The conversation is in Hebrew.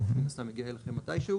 זה מן הסתם יגיע אליכם מתישהו,